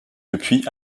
depuis